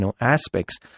aspects